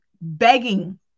begging